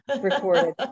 recorded